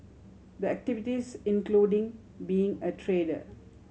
the activities including being a trader